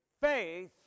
faith